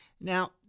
Now